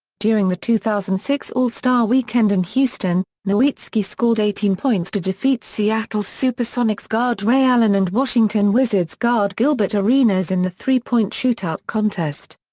during the two thousand and six all-star weekend in houston, nowitzki scored eighteen points to defeat seattle supersonics guard ray allen and washington wizards guard gilbert arenas in the three-point shootout contest.